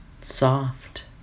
soft